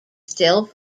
still